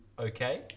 okay